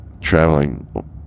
traveling